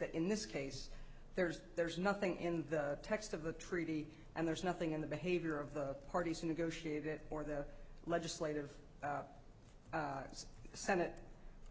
that in this case there's there's nothing in the text of the treaty and there's nothing in the behavior of the parties to negotiate that or the legislative senate